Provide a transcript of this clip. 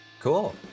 cool